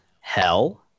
Hell